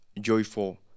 joyful